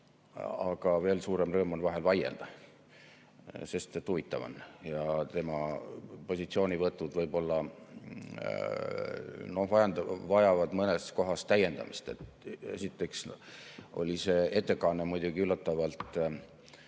aga veel suurem rõõm on vahel vaielda, sest et huvitav on ja tema positsioonivõtud võib-olla vajavad mõnes kohas täiendamist. Esiteks oli see ettekanne muidugi üllatavalt,